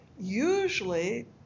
usually